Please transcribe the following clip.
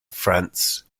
france